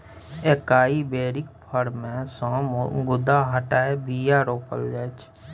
एकाइ बेरीक फर मे सँ गुद्दा हटाए बीया रोपल जाइ छै